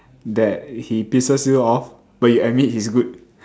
that he pisses you off but you admit he's good